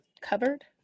covered